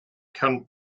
current